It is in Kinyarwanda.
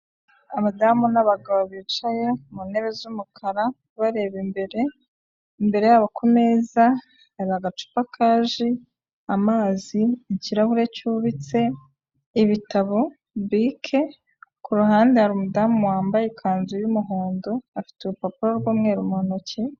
Abadamu n'abagabo bicaye mu ntebe z'umukara bareba imbere, imbere yabo ku meza hari agacupa ka ji, amazi, ikirahure cyubitse, ibitabo, bike, ku ruhande hari umudamu wambaye ikanzu y'umuhondo, afite urupapuro rw'umweru mu ntoki.